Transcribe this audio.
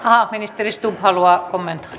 ahaa ministeri stubb haluaa kommentoida